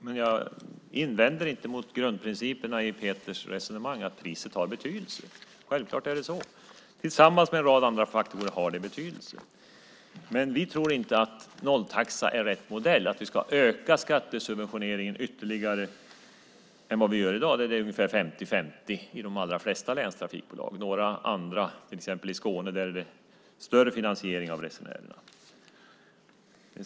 Fru talman! Jag invänder inte mot grundprinciperna i Peters resonemang att priset har betydelse. Självklart är det så. Tillsammans med en rad andra faktorer har det betydelse. Vi tror inte att nolltaxa är rätt modell och att vi ska öka skattesubventioneringen ytterligare mot i dag. I de allra flesta länstrafikbolag är det 50-50. I några andra, till exempel i Skåne, är det större finansiering av resenärerna.